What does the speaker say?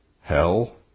Hell